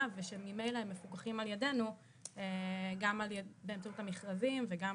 ושממילא הם מפוקחים על ידינו גם באמצעות המכרזים וגם